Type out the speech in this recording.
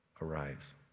arise